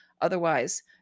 otherwise